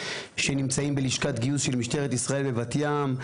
שנמצאים בלשכת גיוס של משטרת ישראל בבת-ים,